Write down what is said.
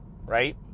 right